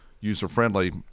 user-friendly